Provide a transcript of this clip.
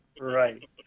Right